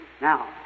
Now